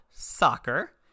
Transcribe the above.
Soccer